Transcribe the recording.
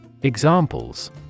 Examples